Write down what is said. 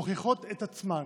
מוכיחות את עצמן